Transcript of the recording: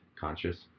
conscious